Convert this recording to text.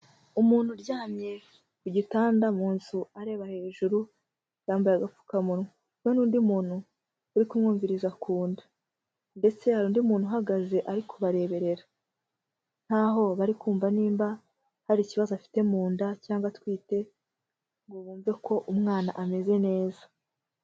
Umuntu uryamye ku gitanda mu nzu areba hejuru yambaye agapfukamunwa. We n'undi muntu uri kumwumviriza ku nda. Mbese hari undi muntu uhagaze ari kubareberera nkaho bari kumva nimba hari ikibazo afite mu nda cyangwa atwite ngo bumve ko umwana ameze neza.